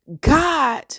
God